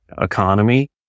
economy